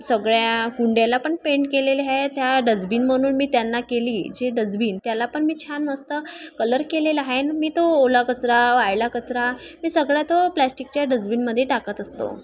सगळ्या कुंड्याला पण पेंट केलेले आहे त्या डस्बीन म्हणून मी त्यांना केली जे डसबीन त्याला पण मी छान मस्त कलर केलेला आहे न मी तो ओला कचरा वाळला कचरा मी सगळ्या तो प्लॅस्टिकच्या डस्बीनमध्ये टाकत असतो